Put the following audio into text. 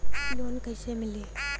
Loan कइसे मिलि?